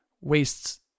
wastes